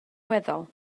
weddol